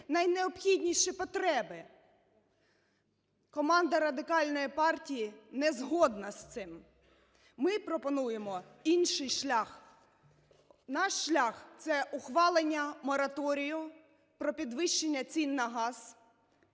найнеобхідніші потреби. Команда Радикальної партії не згодна з цим. Ми пропонуємо інший шлях. Наш шлях – це ухвалення мораторію про підвищення цін на газ